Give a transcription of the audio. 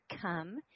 come